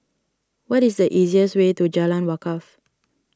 what is the easiest way to Jalan Wakaff